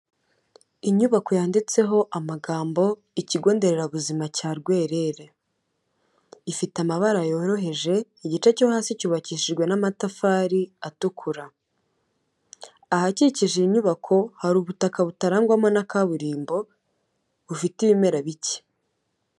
Inyubako yanditseho amagambo ikigo nderabuzima cya Rwerere ifite amabara yoroheje, igice cyo hasi cyubakishijwe n'amatafari atukura, ahakikije iyi nyubako hari ubutaka butarangwamo na kaburimbo bufite ibimera bike.